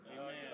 Amen